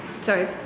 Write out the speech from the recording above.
Sorry